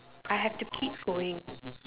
I have to keep going